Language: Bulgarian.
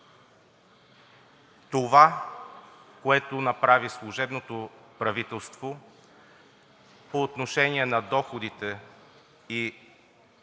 Това, което направи служебното правителство по отношение на доходите и да може